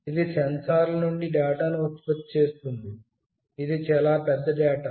ఇది ఈ సెన్సార్ల నుండి డేటాను ఉత్పత్తి చేస్తుంది ఇది చాలా పెద్ద డేటా